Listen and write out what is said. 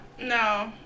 no